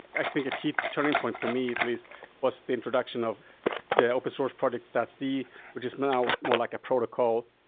i think a key turning point for me at least was the introduction of the open source project, statsd, which is now more like a protocol,